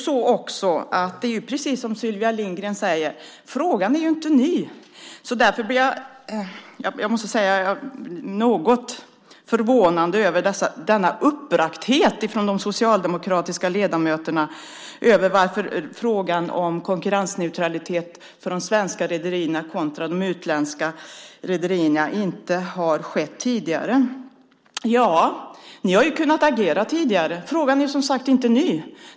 Precis som Sylvia Lindgren sade är frågan inte ny. Därför måste jag säga att jag blir något förvånad över denna uppbragdhet från de socialdemokratiska ledamöternas sida över att frågan om konkurrensneutralitet för de svenska rederierna kontra de utländska inte behandlats tidigare. Ni hade ju kunnat agera tidigare. Frågan är, som sagt, inte ny.